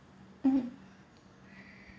mmhmm